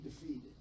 defeated